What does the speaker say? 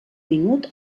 minut